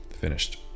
finished